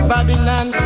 Babylon